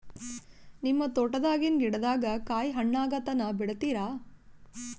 ನಿಮ್ಮ ತೋಟದಾಗಿನ್ ಗಿಡದಾಗ ಕಾಯಿ ಹಣ್ಣಾಗ ತನಾ ಬಿಡತೀರ?